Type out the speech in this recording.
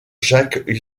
jacques